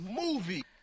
movie